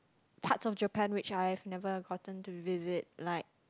parts of Japan which I've never gotten to visit like